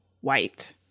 white